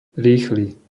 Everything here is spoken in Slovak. rýchly